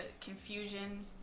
confusion